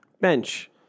Bench